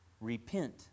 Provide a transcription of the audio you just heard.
Repent